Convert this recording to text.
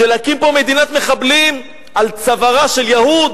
של להקים פה מדינת מחבלים על צווארה של יהוד.